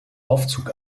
aufzug